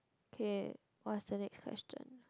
okay what's the next question